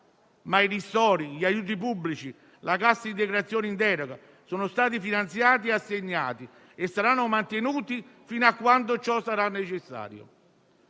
I ristori, gli aiuti pubblici e la cassa integrazione in deroga sono però stati finanziati e assegnati e saranno mantenuti fino a quando sarà necessario.